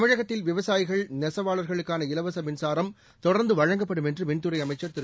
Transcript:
தமிழகத்தில் விவசாயிகள் நெசவாளர்களுக்கான இலவச மின்சாரம் தொடர்ந்து வழங்கப்படும் என்று மின்துறை அமைச்சர் திரு